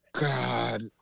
God